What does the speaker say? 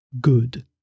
good